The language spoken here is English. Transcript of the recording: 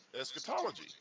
eschatology